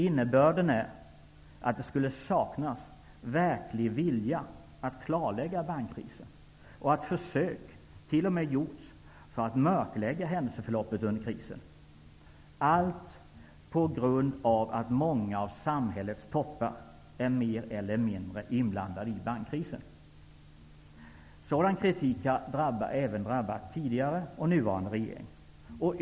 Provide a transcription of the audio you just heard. Innebörden är att det skulle saknas verklig vilja att klarlägga bankkrisen och att försök t.o.m. gjorts för att mörklägga händelseförloppet under krisen -- allt på grund av att många av samhällets toppar är mer eller mindre inblandade i bankkrisen. Sådan kritik har även drabbat tidigare och nuvarande regering.